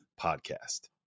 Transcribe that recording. podcast